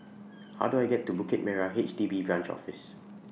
How Do I get to Bukit Merah H D B Branch Office